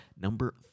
Number